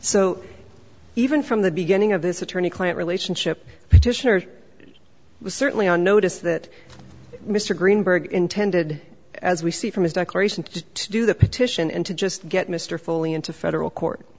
so even from the beginning of this attorney client relationship petitioner was certainly on notice that mr greenberg intended as we see from his declaration to do the petition and to just get mr foley into federal